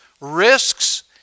risks